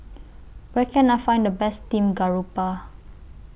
Where Can I Find The Best Steamed Garoupa